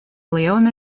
leona